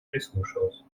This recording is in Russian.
прислушалась